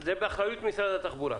זה באחריות משרד התחבורה.